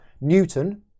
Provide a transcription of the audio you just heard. Newton